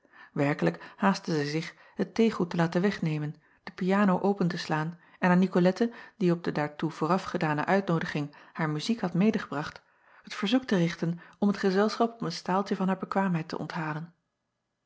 haastte zij zich het theegoed te laten wegnemen de piano open te slaan en aan icolette die op de daartoe vooraf gedane uitnoodiging haar muziek had meêgebracht het verzoek te richten om het gezelschap op een staaltje van haar bekwaamheid te onthalen